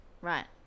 Right